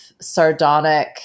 sardonic